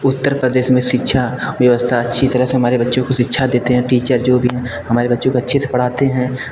उत्तर प्रदेश में शिक्षा व्यवस्था अच्छी तरह से हमारे बच्चों को शिक्षा देते हैं टीचर जो भी हमारे बच्चे को अच्छे से पढ़ाते हैं